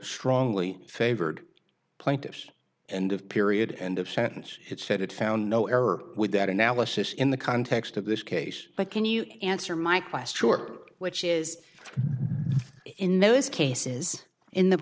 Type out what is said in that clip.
strongly favored plaintiffs and of period end of sentence it said it found no error with that analysis in the context of this case but can you answer my question which is in those cases in the